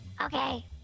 Okay